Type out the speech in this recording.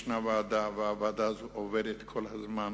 יש ועדה, והיא עובדת כל הזמן